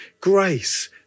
grace